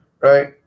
right